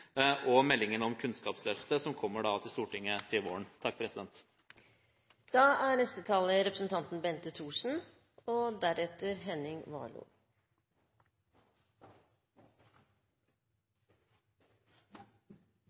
og meldingen om Kunnskapsløftet, som kommer til Stortinget til våren.